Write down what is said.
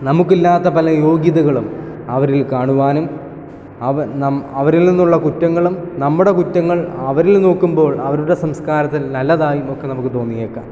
നമുക്കില്ലാത്ത പല യോഗ്യതകളും അവരിൽ കാണുവാനും അവർ നമ് അവരിൽ നിന്നുള്ള കുറ്റങ്ങളും നമ്മുടെ കുറ്റങ്ങൾ അവരിൽ നോക്കുമ്പോൾ അവരുടെ സംസ്കാരത്തിൽ നല്ലതായും ഒക്കെ നമുക്ക് തോന്നിയേക്കാം